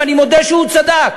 ואני מודה שהוא צדק.